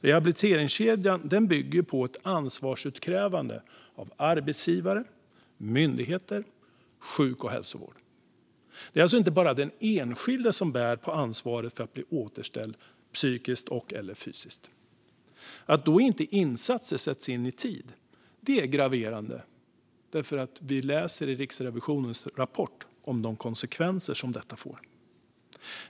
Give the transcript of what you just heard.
Rehabiliteringskedjan bygger på ett ansvarsutkrävande av arbetsgivare, myndigheter och sjuk och hälsovård. Det är inte bara den enskilde som bär på ansvaret att bli återställd psykiskt och/eller fysiskt. Att insatser inte sätts in i tid är graverande, för vi läser i Riksrevisionens rapport om de konsekvenser som detta får.